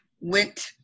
went